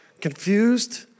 Confused